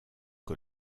que